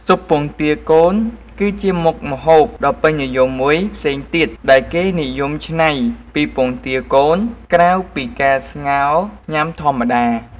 ស៊ុបពងទាកូន គឺជាមុខម្ហូបដ៏ពេញនិយមមួយផ្សេងទៀតដែលគេនិយមច្នៃពីពងទាកូន ក្រៅពីការស្ងោរញ៉ាំធម្មតា។